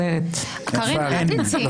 הצבעה לא אושרו.